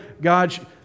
God